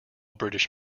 british